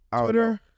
Twitter